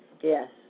Yes